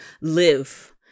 live